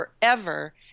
forever